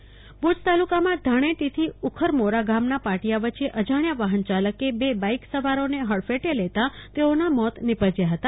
કલ્પના શાહ એ કસ્મા ભુજ તાલુકામાં ધાણેટી થી ઉખડમોરા ગામની પાટિયા વચ્ચે અજાણ્યા વાહન ચાલકે બે બાઈક સવારોને હડફેટે લેતા તેઓના મોત નિપજ્યા હતા